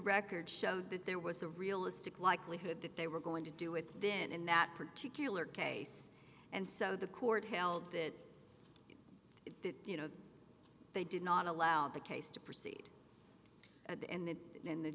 record showed that there was a realistic likelihood that they were going to do it been in that particular case and so the court held that you know they did not allow the case to proceed at the end